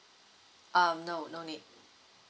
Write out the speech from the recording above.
um no no need